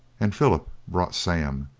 and philip brought sam,